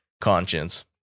conscience